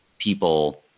people